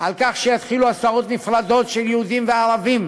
על כך שיתחילו הסעות נפרדות של יהודים וערבים,